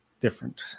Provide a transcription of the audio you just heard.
different